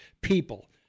people